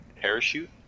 Parachute